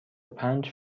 پنج